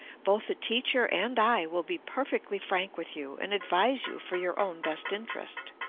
both the teacher and i will be perfectly frank with you and advise you for your own best interest.